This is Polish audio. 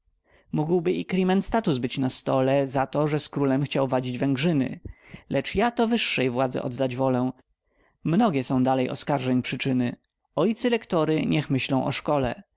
mógłby i crimen status być na stole za to że z królem chciał wadzić węgrzyny lecz ja to wyższej władzy oddać wolę mnogie są dalej oskarżeń przyczyny ojcy lektory niech myślą o szkole